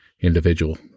individual